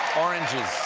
oranges.